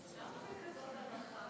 למה בכזאת אנחה?